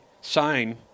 sign